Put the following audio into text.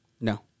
No